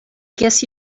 guess